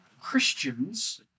Christians